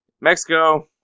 Mexico